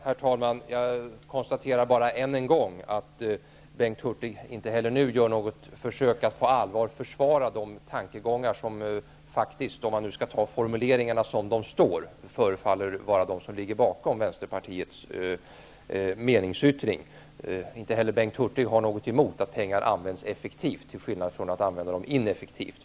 Herr talman! Jag konstaterar bara än en gång att Bengt Hurtig inte heller nu gör något försök att på allvar försvara de tankegångar som faktiskt, om man nu skall ta formuleringarna som de står, förefaller ligga bakom Vänsterpartiets meningsyttring. Inte heller Bengt Hurtig har någonting emot att pengar används effektivt, till skillnad från att använda dem ineffektivt.